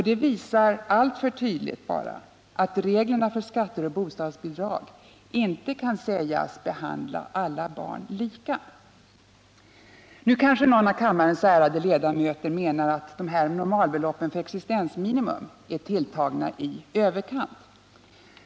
Detta visar alltför tydligt att reglerna för skatter och bostadsbidrag inte kan sägas behandla alla barn lika. Nu kanske någon av kammarens ärade ledamöter menar att dessa normalbelopp för existensminimum skulle vara tilltagna i överkant.